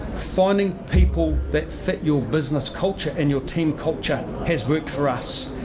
finding people that fit your business culture and your team culture has worked for us,